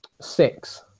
Six